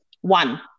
One